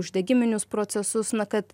uždegiminius procesus na kad